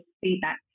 feedback